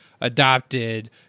adopted